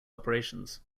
operations